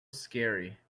scary